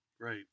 Right